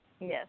Yes